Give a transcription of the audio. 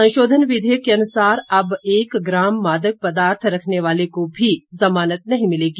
संशोधन विधेयक के अनुसार अब एक ग्राम मादक पदार्थ रखने वाले को भी जमानत नहीं मिलेगी